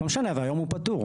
לא משנה, אבל היום הוא פטור.